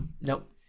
nope